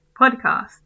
Podcast